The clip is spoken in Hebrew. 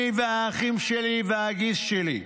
אני והאחים שלי והגיס שלי,